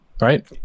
right